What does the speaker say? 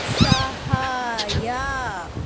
ಸಹಾಯ